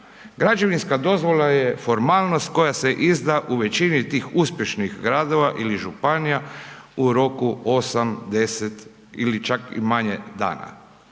Građevinska dozvola je formalnost koja se izda u većini tih uspješnih gradova ili županija, u roku 8, 10 ili čak i manje dana.